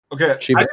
okay